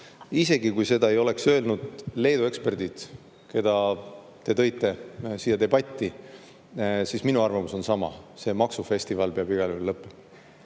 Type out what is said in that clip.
isegi kui seda ei oleks öelnud Leedu eksperdid, kelle te tõite siia debatti sisse, siis minu arvamus on sama: see maksufestival peab igal juhul lõppema,